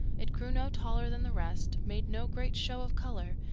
it grew no taller than the rest, made no great show of colour,